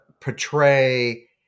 portray